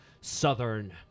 Southern